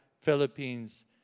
Philippines